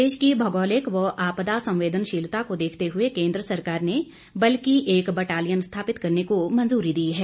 प्रदेश की भौगोलिक व आपदा संवेदनशीलता को देखते हुए केंद्र सरकार ने बल की एक बटालियन स्थापित करने को मंजूरी दी है